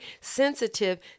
sensitive